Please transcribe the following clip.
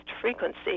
Frequency